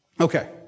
Okay